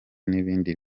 n’ibindi